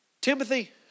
Timothy